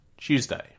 tuesday